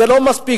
זה לא מספיק.